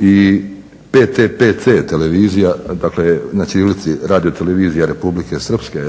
i PTPC televizija, dakle na ćirilici Radio televizija Republike Srpske.